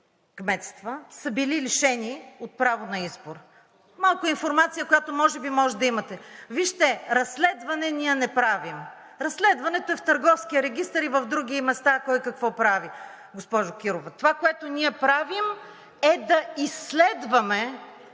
кметства, са били лишени от право на избор. Малко информация, която може би имате. Вижте, разследване ние не правим. Разследването е в Търговския регистър и в други места кой какво прави, госпожо Кирова. Това, което ние правим, е да изследваме